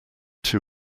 too